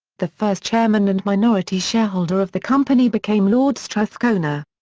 the first chairman and minority shareholder of the company became lord strathcona.